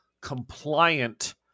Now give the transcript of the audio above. compliant